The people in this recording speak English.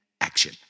Action